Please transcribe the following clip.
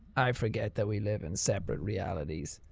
i forget that we live in separate realities.